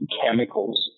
chemicals